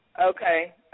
Okay